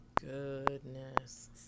Goodness